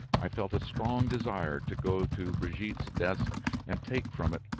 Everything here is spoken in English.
i felt a strong desire to go to brigitte's desk and take from it,